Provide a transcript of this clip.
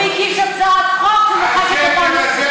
הוא הגיש הצעת חוק שמוחקת אותנו.